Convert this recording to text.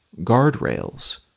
guardrails